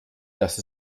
dass